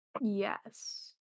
Yes